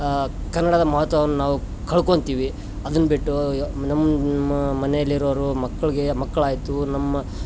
ಕನ್ನಡದ ಮಹತ್ವವನ್ನ ನಾವು ಕಳ್ಕೊಳ್ತೀವಿ ಅದನ್ನ ಬಿಟ್ಟು ನಮ್ಮ ಮನೆಯಲ್ಲಿರೋರು ಮಕ್ಕಳಿಗೆ ಮಕ್ಳಾಯಿತು ನಮ್ಮ